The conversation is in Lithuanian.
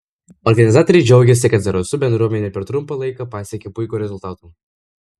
organizatoriai džiaugėsi kad zarasų bendruomenė per trumpą laiką pasiekė puikių rezultatų